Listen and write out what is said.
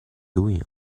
doing